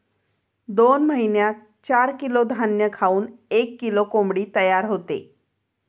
दोन महिन्यात चार किलो धान्य खाऊन एक किलो कोंबडी तयार होते